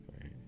Right